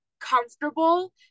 comfortable